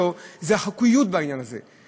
היא החוקיות בעניין הזה.